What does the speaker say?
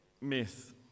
myth